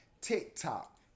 TikTok